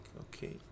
okay